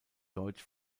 deutsch